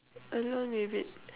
alone with it